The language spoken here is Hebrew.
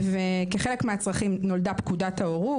וכחלק מהצרכים, נולדה פקודת ההורות.